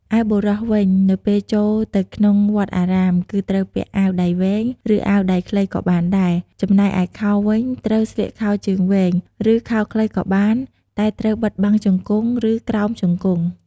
ឯបុរសវិញនៅពេលចូលទៅក្នុងវត្តអារាម គឺត្រូវពាក់អាវដៃវែង ឬអាវដៃខ្លីក៏បានដែរ ចំណែកឯខោវិញត្រូវស្លៀកខោជើងវែង ឬខោខ្លីក៏បានតែត្រូវបិទបាំងជង្គុងឬក្រោមជង្គុង។